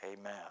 Amen